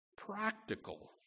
practical